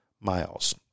miles